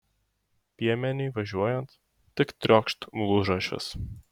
piemeniui važiuojant tik triokšt nulūžo ašis